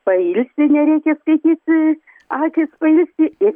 pailsi nereikia skaityti akys pailsi ir